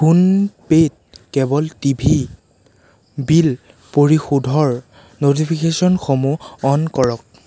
ফোনপে'ত cable টি ভিৰ bill পৰিশোধৰ ন'টিফিকেশ্যনসমূহ অ'ন কৰক